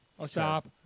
Stop